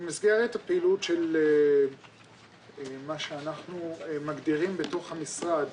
במסגרת הפעילות של מה שאנחנו מגדירים בתוך המשרד